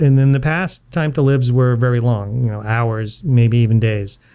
and then the past time to lives were very long hours, maybe even days.